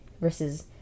versus